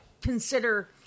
consider